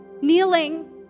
kneeling